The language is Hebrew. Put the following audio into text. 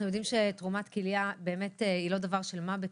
אנחנו יודעים שתרומת כליה היא באמת לא דבר של מה בכך,